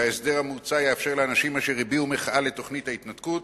וההסדר המוצע יאפשר לאנשים אשר הביעו מחאה כלפי תוכנית ההתנתקות